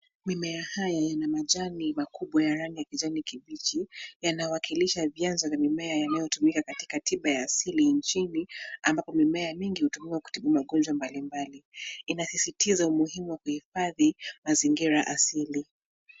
Mimea haya yenye majani makubwa ya rangi ya kijani kibichi yanawakilisha vyanzo vya mimea yanayotumika katika tiba ya asili nchini ambapo mimea mingi hutumika kutibu magonjwa mbalimbali. Inasisitiza umuhimu wa kuhifadhi mazingira asili.